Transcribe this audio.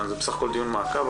זה בסך הכול דיון מעקב,